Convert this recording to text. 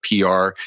PR